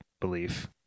belief